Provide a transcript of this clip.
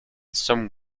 some